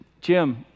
Jim